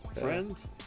friends